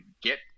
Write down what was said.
get